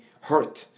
hurt